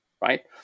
right